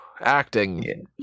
Acting